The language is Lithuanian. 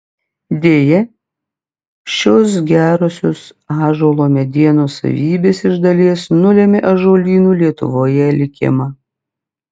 deja šios gerosios ąžuolo medienos savybės iš dalies nulėmė ąžuolynų lietuvoje likimą